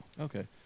Okay